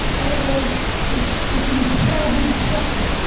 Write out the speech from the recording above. and it was, it's it's incredibly depressing.